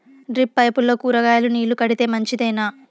Drip పైపుల్లో కూరగాయలు నీళ్లు కడితే మంచిదేనా?